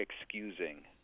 excusing